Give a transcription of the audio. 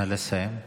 נא לסיים.